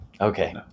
Okay